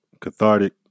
cathartic